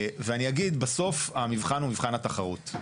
ואני אגיד, בסוף המבחן הוא מבחן התחרות.